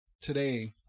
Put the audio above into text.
today